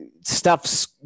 stuff's